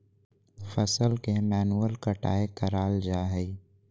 फसल के मैन्युअल कटाय कराल जा हइ